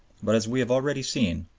but, as we have already seen,